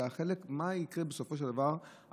אלא מה יקרה בסופו של דבר למבוטח,